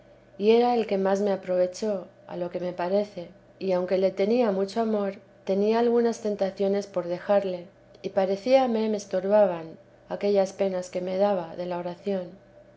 y era el que más me aprovechó a lo que me parece y aunque le tenía mucho amor tenía algunas tentaciones por dejarle y parecíame me estorbaban aquellas penas que me daba de la oración